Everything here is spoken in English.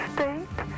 State